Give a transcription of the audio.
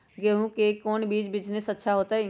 गेंहू के कौन बिजनेस अच्छा होतई?